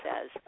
says